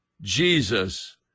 Jesus